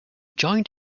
joined